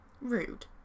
rude